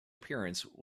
appearance